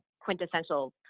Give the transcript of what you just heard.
quintessential